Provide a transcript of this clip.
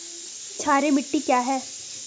क्षारीय मिट्टी क्या है?